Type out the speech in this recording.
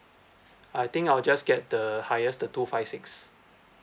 I think I'll just get the highest the two five six